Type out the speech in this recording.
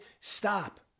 Stop